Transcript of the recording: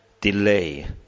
delay